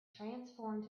transformed